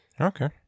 Okay